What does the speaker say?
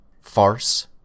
Farce